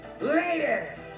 Later